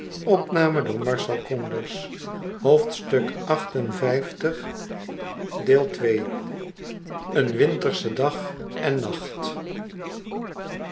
een wintersche dag en nacht